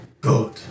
good